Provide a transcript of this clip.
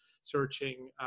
searching